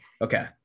Okay